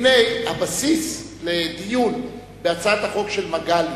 והנה, הבסיס לדיון בהצעת החוק של מגלי